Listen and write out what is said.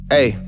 Hey